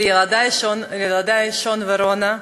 לילדי שון ורונה,